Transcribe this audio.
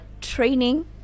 training